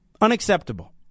Unacceptable